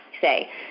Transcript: say